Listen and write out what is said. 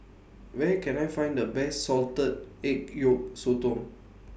Where Can I Find The Best Salted Egg Yolk Sotong